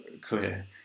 clear